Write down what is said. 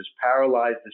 paralyzed